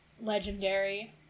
Legendary